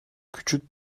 küçük